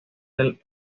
del